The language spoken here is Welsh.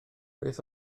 beth